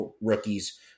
rookies